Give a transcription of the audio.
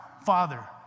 father